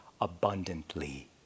abundantly